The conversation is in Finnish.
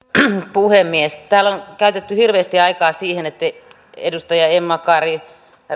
puhemies täällä on käytetty hirveästi aikaa siihen edustaja emma kari